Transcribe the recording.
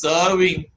Serving